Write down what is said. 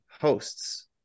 hosts